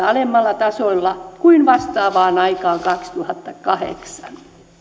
alemmalla tasolla kuin vastaavaan aikaan kaksituhattakahdeksan